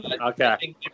Okay